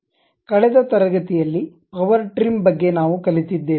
ಕಳೆದ ತರಗತಿಯಲ್ಲಿ power trim ಬಗ್ಗೆ ನಾವು ಕಲಿತಿದ್ದೇವೆ